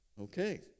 Okay